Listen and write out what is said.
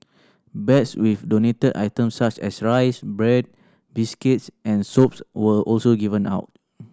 bags with donated items such as rice bread biscuits and soaps were also given out